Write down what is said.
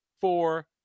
four